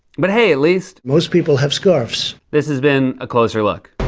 but hey, at least. most people have scarves. this has been a closer look.